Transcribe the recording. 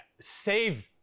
save